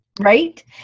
right